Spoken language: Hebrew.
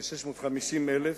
כ-650,000,